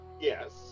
Yes